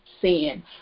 sin